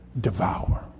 devour